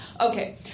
Okay